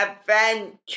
adventure